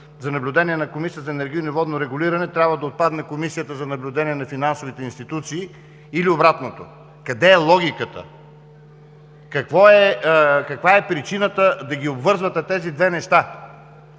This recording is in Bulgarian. за наблюдение на Комисията за енергийно и водно регулиране, трябва да отпадне Комисията за наблюдение на финансовите институции или обратното? Къде е логиката? Каква е причината да обвързвате тези две неща?